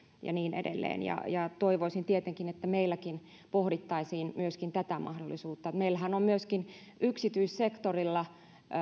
ja niin edelleen toivoisin tietenkin että meilläkin pohdittaisiin myöskin tätä mahdollisuutta meillähän on myöskin yksityissektorilla